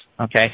okay